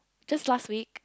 just last week